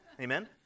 Amen